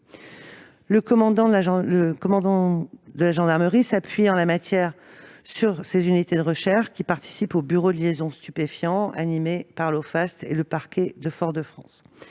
Le commandement de la gendarmerie s'appuie en la matière sur ses unités de recherche, qui participent au « bureau de liaison stupéfiants » animé par l'Ofast et le parquet de Fort-de-France.